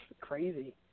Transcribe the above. crazy